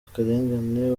akarengane